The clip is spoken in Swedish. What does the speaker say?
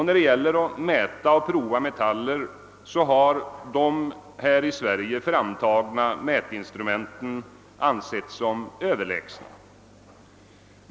När det gäller att mäta och prova metaller har de i Sverige framtagna mätinstrumenten + ansetts som överlägsna.